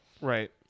Right